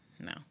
no